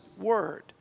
word